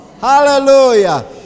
Hallelujah